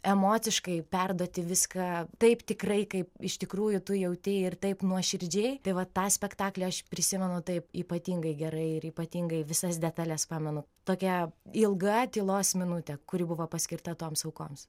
emociškai perduoti viską taip tikrai kaip iš tikrųjų tu jautei ir taip nuoširdžiai tai va tą spektaklį aš prisimenu taip ypatingai gerai ir ypatingai visas detales pamenu tokia ilga tylos minutė kuri buvo paskirta toms aukoms